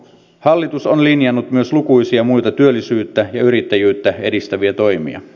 hallitus on linjannut myös lukuisia muita työllisyyttä ja yrittäjyyttä edistäviä toimia